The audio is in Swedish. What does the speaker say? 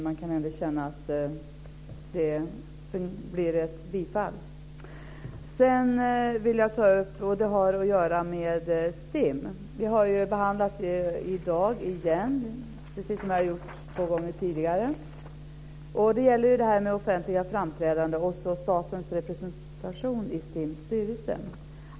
Man kan ändå känna att det blir ett bifall. Sedan vill jag ta upp STIM. Vi har behandlat frågan i dag, precis som vi har gjort två gånger tidigare. Det gäller offentliga framträdanden och statens representation i STIM:s styrelse.